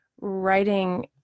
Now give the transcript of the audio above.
writing